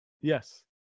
Yes